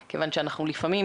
בוודאי, אנחנו לגמרי